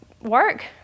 work